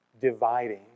dividing